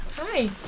Hi